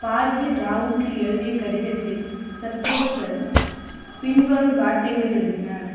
பாஜி ராவுக்கு எழுதிய கடிதத்தில் சத்ரசன் பின்வரும் வார்த்தைகளை எழுதினார்